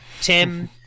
tim